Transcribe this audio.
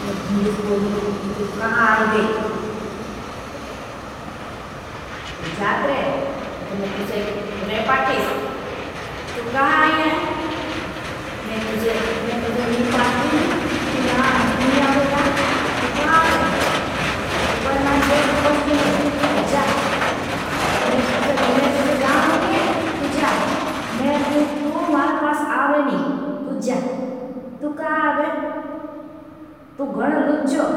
ये भुण्डिस पोरी तु कहा आई गई तु जात रहे। निता में तुसे रे पाटीश तु कहा आई आई में तुझे नी पाट रहे नी। कि तु नी आवे याँ तु कहा आवे तु कोई मारी। दोस्ट वस्त नी तु जा मैं तुसे जानू नी तु जा। मैं तु मारा पास आवे नी तु जा तु कहा आवे। तु गण लुच्चो